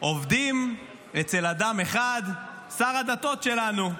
עובדים אצל אדם אחד, שר הדתות שלנו,